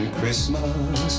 Christmas